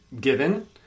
given